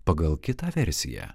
pagal kitą versiją